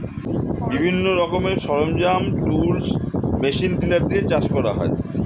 বিভিন্ন রকমের সরঞ্জাম, টুলস, মেশিন টিলার দিয়ে চাষ করা হয়